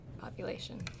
population